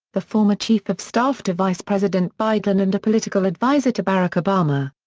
the former chief-of-staff to vice president biden and a political advisor to barack obama.